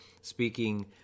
speaking